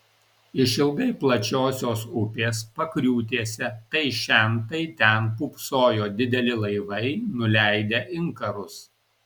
išilgai plačiosios upės pakriūtėse tai šen tai ten pūpsojo dideli laivai nuleidę inkarus